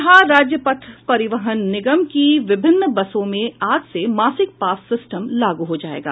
बिहार राज्य पथ परिवहन निगम की विभिन्न बसों में आज से मासिक पास सिस्टम लागू हो जायेगा